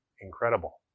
Incredible